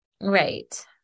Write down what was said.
Right